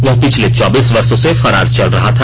वह पिछले चौबीस वर्शो से फरार चल रहा था